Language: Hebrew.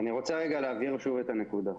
אני רוצה להבהיר את הנקודה.